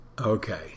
Okay